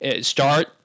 start